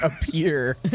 appear